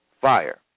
fire